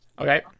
okay